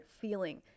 feeling